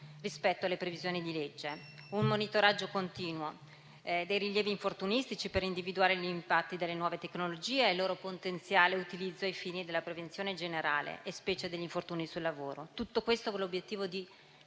rispetto alle previsioni di legge. Occorre effettuare un monitoraggio continuo dei rilievi infortunistici per individuare gli impatti delle nuove tecnologie e il loro potenziale utilizzo ai fini della prevenzione generale e specialmente degli infortuni sul lavoro. Tutto questo con l'obiettivo di